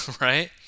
right